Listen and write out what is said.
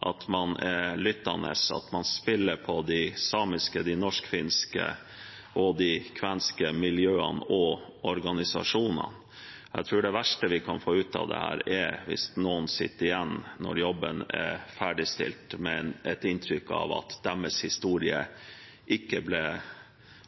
at man er lyttende, at man spiller på de samiske, de norsk-finske og de kvenske miljøene og organisasjonene. Jeg tror det verste vi kan få ut av dette, er hvis noen, når jobben er ferdigstilt, sitter igjen med et inntrykk av at deres historie ikke ble